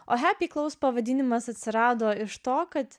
o pavadinimas atsirado iš to kad